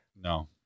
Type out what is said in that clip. No